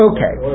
Okay